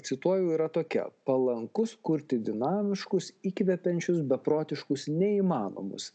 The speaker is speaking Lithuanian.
cituoju yra tokia palankus kurti dinamiškus įkvepiančius beprotiškus neįmanomus